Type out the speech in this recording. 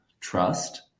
trust